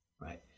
right